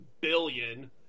billion